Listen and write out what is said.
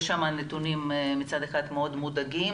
יש שם נתונים מצד אחד מאוד מדאיגים